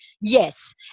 yes